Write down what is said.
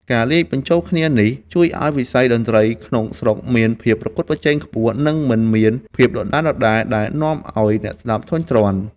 ការលាយបញ្ចូលគ្នានេះជួយឱ្យវិស័យតន្ត្រីក្នុងស្រុកមានភាពប្រកួតប្រជែងខ្ពស់ និងមិនមានភាពដដែលៗ ដែលនាំឱ្យអ្នកស្ដាប់ធុញទ្រាន់។